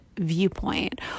viewpoint